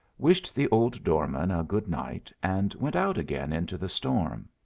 wished the old doorman a good night, and went out again into the storm.